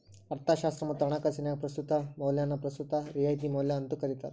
ಅರ್ಥಶಾಸ್ತ್ರ ಮತ್ತ ಹಣಕಾಸಿನ್ಯಾಗ ಪ್ರಸ್ತುತ ಮೌಲ್ಯನ ಪ್ರಸ್ತುತ ರಿಯಾಯಿತಿ ಮೌಲ್ಯ ಅಂತೂ ಕರಿತಾರ